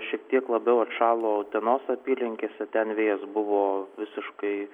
šiek tiek labiau atšalo utenos apylinkėse ten vėjas buvo visiškai